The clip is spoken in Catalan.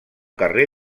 carrer